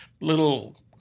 little